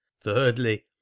thirdly